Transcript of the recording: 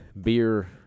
beer